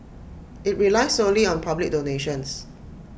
IT relies solely on public donations